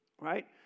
right